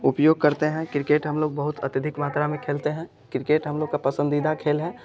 उपयोग करते हैं क्रिकेट हम लोग अत्यधिक मात्रा में खेलते हैं क्रिकेट हम लोग का पसंदीदा खेल है